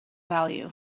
value